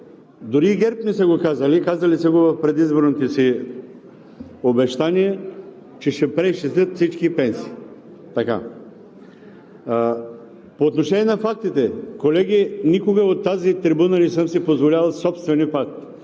Дори и ГЕРБ не са го казвали, казвали са в предизборните си обещания, че ще преизчислят всички пенсии. По отношение на фактите, колеги, никога от тази трибуна не съм си позволявал собствени факти.